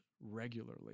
regularly